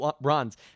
bronze